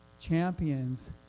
Champions